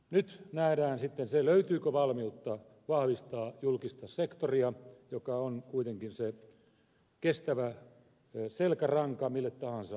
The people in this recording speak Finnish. nyt nähdään sitten se löytyykö valmiutta vahvistaa julkista sektoria joka on kuitenkin se kestävä selkäranka mille tahansa yhteisölle